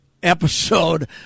episode